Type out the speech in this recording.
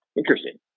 interesting